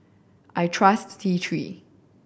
I trust T Three